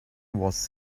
was